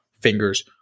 fingers